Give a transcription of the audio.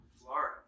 Florida